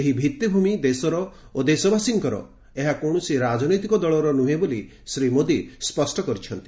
ଏହି ଭିଭିମି ଦେଶର ଓ ଦେଶବାସୀଙ୍କର ଏହା କୌଣସି ରାଜନୈତିକ ଦଳର ନୁହେଁ ବୋଲି ଶ୍ରୀ ମୋଦୀ କହିଛନ୍ତି